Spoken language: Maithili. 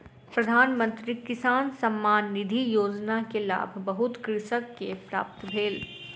प्रधान मंत्री किसान सम्मान निधि योजना के लाभ बहुत कृषक के प्राप्त भेल